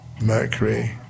Mercury